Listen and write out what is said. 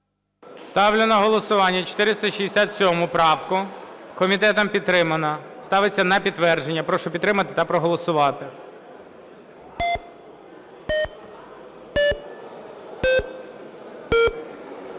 Ставлю на голосування 467 правку. Комітетом підтримана. Ставиться на підтвердження. Прошу підтримати та проголосувати.